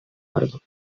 perdut